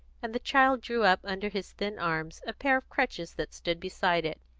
and the child drew up under his thin arms a pair of crutches that stood beside it.